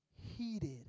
heated